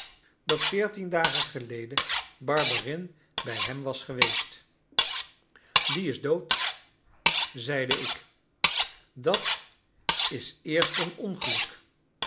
dat veertien dagen geleden barberin bij hem was geweest die is dood zeide ik dat is eerst een ongeluk